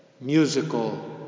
musical